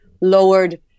lowered